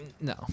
No